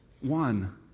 one